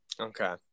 Okay